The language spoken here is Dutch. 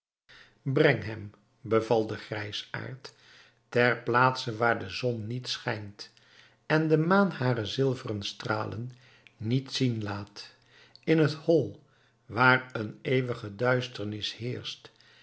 breng hem beval de grijsaard ter plaatse waar de zon niet schijnt en de maan hare zilveren stralen niet zien laat in het hol waar een eeuwige duisternis heerscht